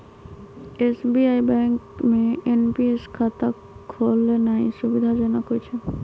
SBI bank में NPS खता खोलेनाइ सुविधाजनक होइ छइ